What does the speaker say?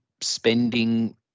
spending